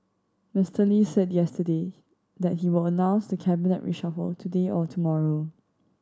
Mister Lee said yesterday that he will announce the cabinet reshuffle today or tomorrow